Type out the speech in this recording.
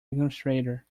administrator